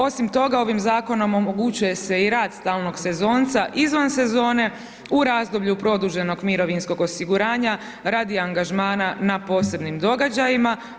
Osim toga ovim zakonom omogućuje se i rad samog sezonca izvan sezone u razdoblju produženog mirovinskog osiguranja radi angažmana na posebnim događajima.